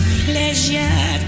pleasure